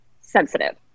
sensitive